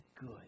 good